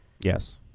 Yes